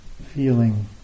feeling